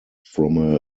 from